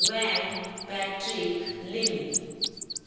hwang patrick lim